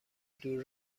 دور